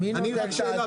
"אני רק שאלה",